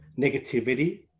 negativity